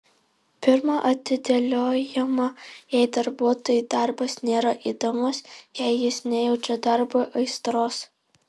pirma atidėliojama jei darbuotojui darbas nėra įdomus jei jis nejaučia darbui aistros